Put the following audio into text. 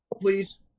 please